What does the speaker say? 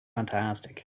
fantastic